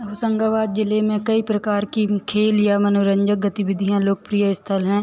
होशंगाबाद जिले में कई प्रकार की खेल या मनोरंजक गतिविधियाँ लोकप्रिय स्थल हैं